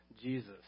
Jesus